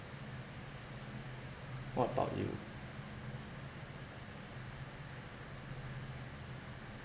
what about you